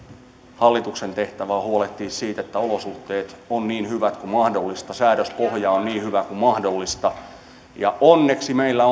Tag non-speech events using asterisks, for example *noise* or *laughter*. hallituksen tehtävä on huolehtia siitä että olosuhteet ovat niin hyvät kuin mahdollista säädöspohja on niin hyvä kuin mahdollista ja onneksi meillä *unintelligible*